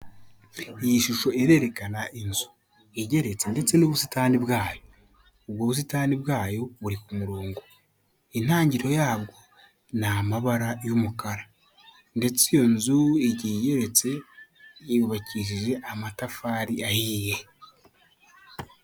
Iyi shusho irerekana inzu igeretse ndetse n'ubusitani bwayo, ubwo busitani bwayo buri ku murongo intangiriro yabwo ni amabara y'umukara ndetse iyo nzu igiye igeretse yubakishije amatafari ahiye.